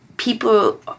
People